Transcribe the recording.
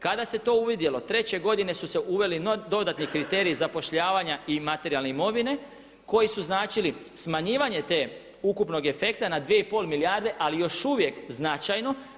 Kada se to uvidjelo treće godine su se uveli dodatni kriteriji zapošljavanja i materijalne imovine koji su značili smanjivanje te ukupnog efekta na dvije i pol milijarde, ali još uvijek značajno.